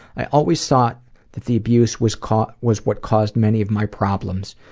i always thought that the abuse was caused was what caused many of my problems,